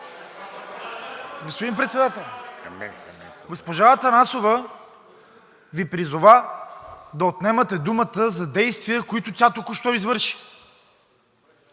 Господин Председател, госпожа Атанасова Ви призова да отнемате думата за действия, които тя току-що извърши.